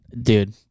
dude